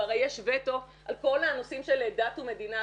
והרי יש וטו על כל הנושאים של דת ומדינה.